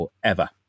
forever